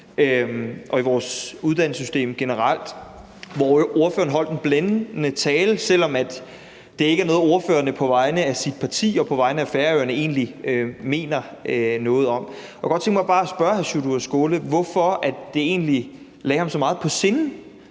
og i vores uddannelsessystem generelt – hvor ordføreren holdt en blændende tale, selv om det ikke er noget, ordføreren på vegne af sit parti og på vegne af Færøerne egentlig mener noget om. Jeg kunne godt tænke mig bare at spørge hr. Sjúrður Skaale, hvorfor det egentlig lå ham så meget på sinde